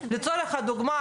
לצורך הדוגמה,